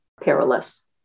perilous